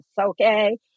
okay